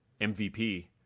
MVP